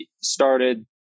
started